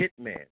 Hitman